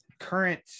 current